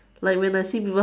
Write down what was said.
like when I see people